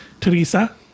Teresa